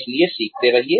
इसलिए सीखते रहिए